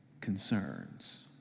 concerns